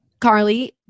Carly